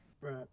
Right